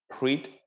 read